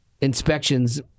inspections